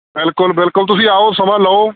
ਬਿਲਕੁਲ ਬਿਲਕੁਲ ਤੁਸੀਂ ਆਓ ਸਮਾਂ ਲਓ